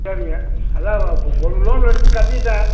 சரிங்க அதுதான் இப்போ ஒரு லோன் எடுத்து கட்டிவிட்டேன்